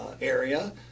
area